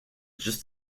just